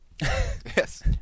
Yes